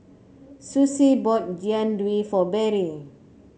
Sussie bought Jian Dui for Berry